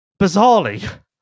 bizarrely